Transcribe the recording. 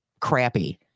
crappy